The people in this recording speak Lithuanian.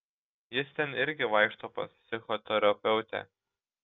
jis ten irgi vaikšto pas psichoterapeutę